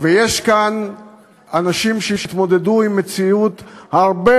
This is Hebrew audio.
ויש כאן אנשים שהתמודדו עם מציאות הרבה